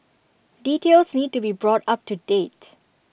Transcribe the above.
details need to be brought up to date